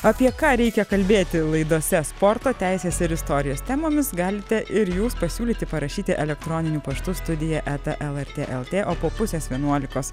apie ką reikia kalbėti laidose sporto teisės ir istorijos temomis galite ir jūs pasiūlyti parašyti elektroniniu paštu studija eta lrt lt o po pusės vienuolikos